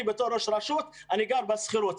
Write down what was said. אני בתור ראש הרשות אני גר בשכירות.